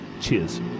Cheers